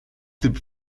typ